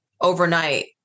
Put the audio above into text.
overnight